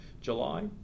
July